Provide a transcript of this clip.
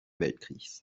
weltkrieges